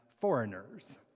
foreigners